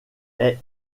est